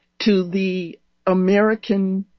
to the american